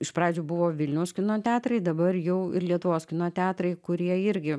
iš pradžių buvo vilniaus kino teatrai dabar jau ir lietuvos kino teatrai kurie irgi